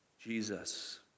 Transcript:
Jesus